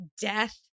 death